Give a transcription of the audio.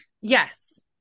yes